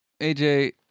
AJ